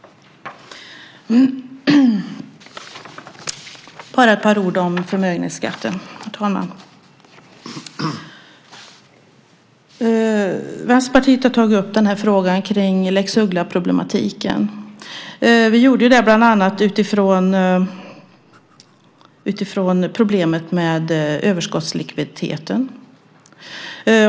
Jag ska säga något om förmögenhetsskatten. Vänsterpartiet har tagit upp frågan om lex Uggla-problematiken. Vi gjorde det bland annat utifrån problemet med överskottslikviditeten.